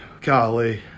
Golly